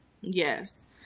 Yes